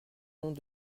nombre